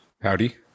Howdy